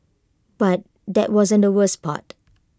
but that wasn't the worst part